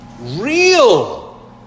real